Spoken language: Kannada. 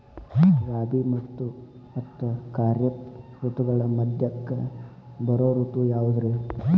ರಾಬಿ ಮತ್ತ ಖಾರಿಫ್ ಋತುಗಳ ಮಧ್ಯಕ್ಕ ಬರೋ ಋತು ಯಾವುದ್ರೇ?